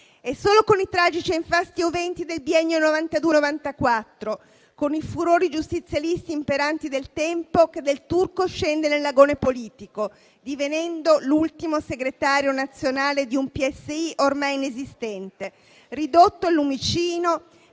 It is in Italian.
È solo con i tragici e infausti eventi del biennio 1992-1994, con i furori giustizialisti imperanti del tempo, che Del Turco scende nell'agone politico, divenendo l'ultimo segretario nazionale di un PSI ormai inesistente, ridotto al lumicino